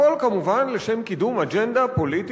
הכול כמובן לשם קידום אג'נדה פוליטית,